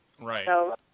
Right